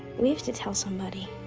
we have to tell somebody.